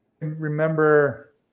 remember